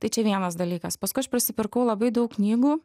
tai čia vienas dalykas paskui aš prisipirkau labai daug knygų